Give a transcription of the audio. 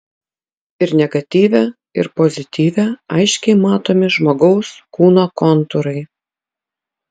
ir negatyve ir pozityve aiškiai matomi žmogaus kūno kontūrai